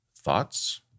Thoughts